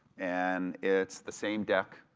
and it's the same deck,